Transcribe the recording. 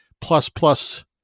plus-plus